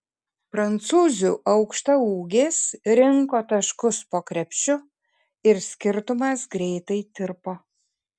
prancūzių aukštaūgės rinko taškus po krepšiu ir skirtumas greitai tirpo